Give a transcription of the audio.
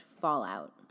fallout